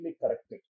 corrected